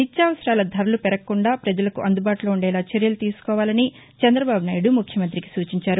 నిత్యావసరాల ధరలు పెరగకుండా ప్రజలకు అందుబాటులో ఉండేలా చర్యలు తీసుకోవాలని చంద్రబాబు నాయుడు ముఖ్యమంత్రికి సూచించారు